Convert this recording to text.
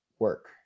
work